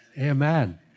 Amen